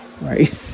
right